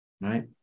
right